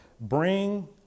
Bring